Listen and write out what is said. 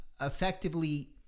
effectively